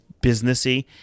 businessy